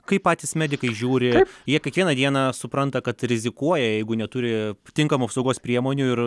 kai patys medikai žiūri jie kiekvieną dieną supranta kad rizikuoja jeigu neturi tinkamų apsaugos priemonių ir